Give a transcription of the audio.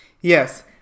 Yes